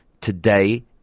today